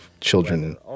children